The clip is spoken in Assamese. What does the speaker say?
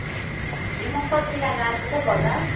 এই মোক চব্জি লগা আছিলে বজাৰ